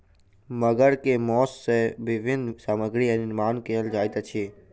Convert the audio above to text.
मगर के मौस सॅ विभिन्न सामग्री निर्माण कयल जाइत अछि